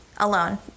alone